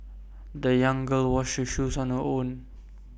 the young girl washed her shoes on her own